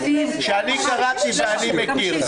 שאני קראתי ואני מכיר.